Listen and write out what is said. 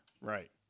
Right